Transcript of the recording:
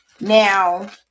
Now